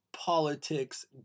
politics